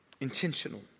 intentional